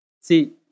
See